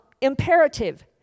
imperative